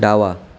डावा